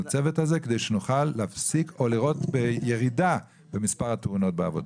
לצוות הזה כדי שנוכל להפסיק או לראות ירידה במספר התאונות בעבודה.